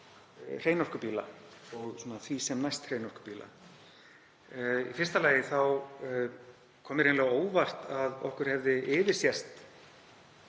hreinorkubíla, og því sem næst hreinorkubíla. Í fyrsta lagi kom mér hreinlega á óvart að okkur hefði yfirsést